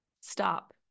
stop